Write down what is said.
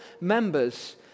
members